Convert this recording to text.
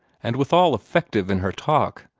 and withal effective in her talk,